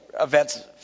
events